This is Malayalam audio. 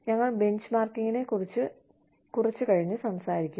ഞങ്ങൾ ബെഞ്ച്മാർക്കിംഗിനെക്കുറിച്ച് കുറച്ച് കഴിഞ്ഞ് സംസാരിക്കും